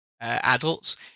adults